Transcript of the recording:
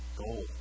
goal